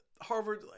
Harvard